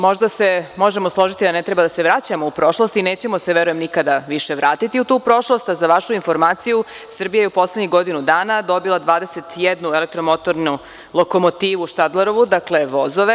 Možda se možemo složiti, a ne treba da se vraćamo u prošlost i nećemo se, verujem, nikada više vratiti u tu prošlost, a za vašu informaciju, Srbija je u poslednjih godinu dana dobila 21 elektromotornu lokomotivu Štadlerovu, dakle, vozove.